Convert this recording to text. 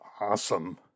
awesome